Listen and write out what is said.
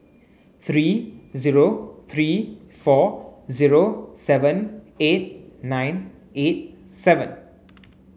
three zero three four seven eight nine eight seven